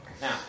Now